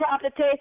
property